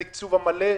בתקצוב המלא?